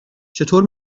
چطور